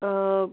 অঁ